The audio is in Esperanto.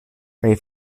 kaj